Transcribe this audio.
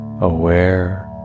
aware